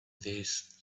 these